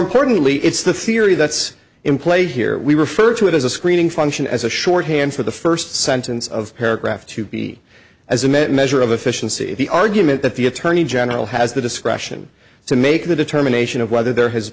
importantly it's the theory that's in play here we refer to it as a screening function as a shorthand for the first sentence of paragraph to be as a measure of efficiency the argument that the attorney general has the discretion to make the determination of whether there has